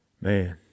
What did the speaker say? man